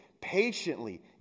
patiently